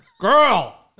Girl